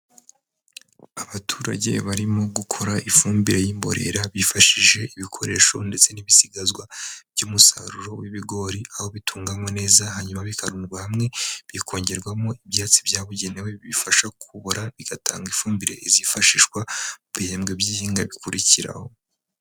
Abaturage barimo gukora ifumbire y'imborera, bifashishije ibikoresho ndetse n'ibisigazwa by'umusaruro w'ibigori, aho bitunganywa neza hanyuma bikarundwa hamwe, bikongerwamo ibyatsi byabugenewe bifasha kubora, bigatanga ifumbire izifashishwa mu bihembwe by'ihinga bikurikiraho.